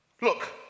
Look